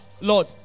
Lord